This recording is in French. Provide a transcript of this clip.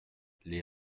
les